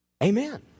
Amen